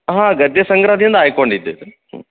ಹಾಂ ಗದ್ಯ ಸಂಗ್ರಹದಿಂದ ಆಯ್ದು ಕೊಂಡಿದಿದ್ದು ಹ್ಞೂ